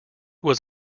was